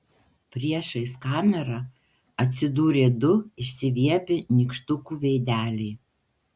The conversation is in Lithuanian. priešais kamerą atsidūrė du išsiviepę nykštukų veideliai